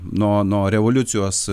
nuo nuo revoliucijos